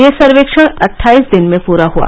यह सर्वेक्षण अट्ठाईस दिन में पूरा हआ